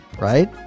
right